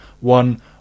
one